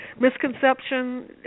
misconception